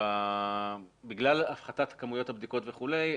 בגלל הפחתת כמויות הבדיקות וכולי.